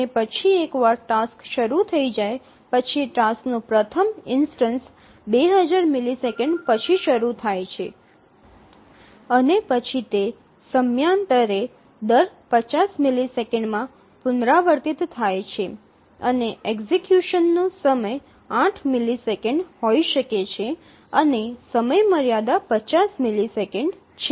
અને પછી એકવાર ટાસક્સ શરૂ થઈ જાય પછી ટાસ્ક નો પ્રથમ ઇન્સ્ટનસ ૨000 મિલિસેકન્ડ પછી શરૂ થાય છે અને પછી તે સમયાંતરે દર ૫0 મિલિસેકંડ માં પુનરાવર્તિત થાય છે અને એક્ઝિકયુશનનો સમય ૮ મિલિસેકન્ડ હોઈ શકે છે અને સમયમર્યાદા ૫0 મિલિસેકંડ છે